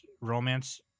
romance